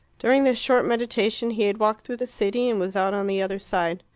during this short meditation he had walked through the city, and was out on the other side.